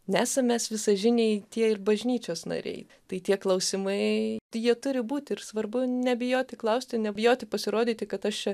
nesam mes visažiniai tie ir bažnyčios nariai tai tie klausimai jie turi būti ir svarbu nebijoti klausti nebijoti pasirodyti kad aš čia